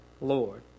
Lord